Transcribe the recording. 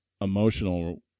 emotional